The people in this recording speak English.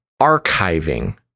archiving